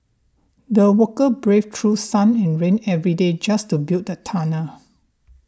the worker braved through sun and rain every day just to build the tunnel